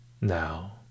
Now